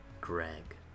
Greg